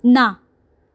ना